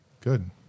Good